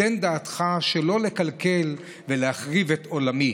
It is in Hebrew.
תן דעתך שלא לקלקל ולהחריב את עולמי,